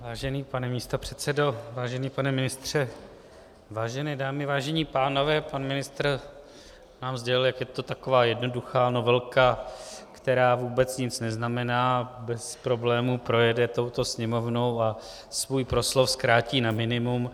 Vážený pane místopředsedo, vážený pane ministře, vážené dámy, vážení pánové, pan ministr nám sdělil, jak je to taková jednoduchá novelka, která vůbec nic neznamená, bez problémů projede touto Sněmovnou, a svůj proslov zkrátí na minimum.